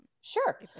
Sure